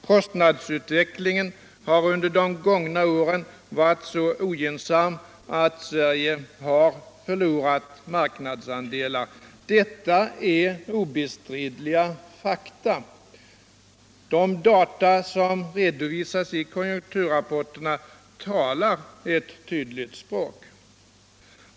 Kostnadsutvecklingen har under de gångna åren varit så ogynnsam att Sverige har förlorat marknadsandelar. Detta är obestridliga fakta. De data som redovisas i konjunkturrapporterna talar ett tydligt språk.